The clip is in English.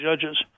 judges